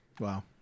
Wow